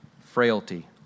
frailty